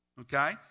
okay